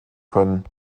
können